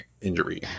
injury